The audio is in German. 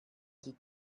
die